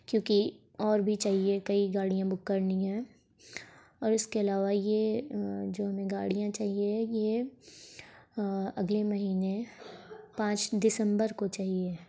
کیونکہ اور بھی چاہیے کئی گاڑیاں بک کرنی ہیں اور اس کے علاوہ یہ جو ہمیں گاڑیاں چاہیے ہے یہ اگلے مہینے پانچ دسمبر کو چاہیے